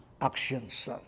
actions